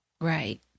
right